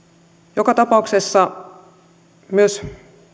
joka tapauksessa myös